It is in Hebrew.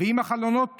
ואם החלונות פתוחים,